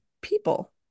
people